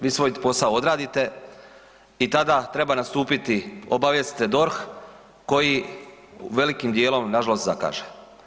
Vi svoj posao odradite i tada treba nastupiti, obavijestite DORH koji velikim dijelom nažalost zakaže.